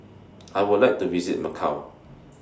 I Would like to visit Macau